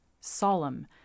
solemn